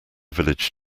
village